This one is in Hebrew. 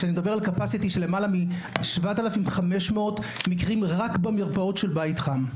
אני מדבר על קיבולת של למעלה מ-7,500 מקרים רק במרפאות של בית חם.